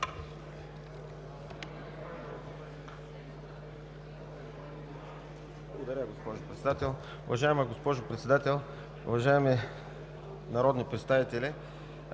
Благодаря, госпожо Председател. Уважаема госпожо Председател, уважаеми народни представители!